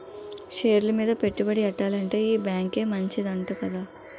షేర్లు మీద పెట్టుబడి ఎట్టాలంటే ఈ బేంకే మంచిదంట కదా